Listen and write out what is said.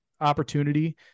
opportunity